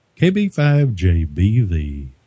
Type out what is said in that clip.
kb5jbv